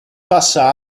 passa